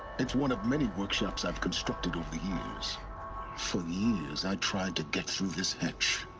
it's one of many workshops i've constructed over the years for years, i tried to get through this hatch